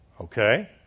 Okay